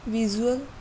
visual